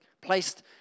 placed